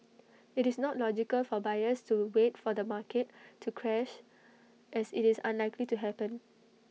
IT is not logical for buyers to wait for the market to crash as IT is unlikely to happen